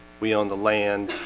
we own the land